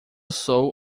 sou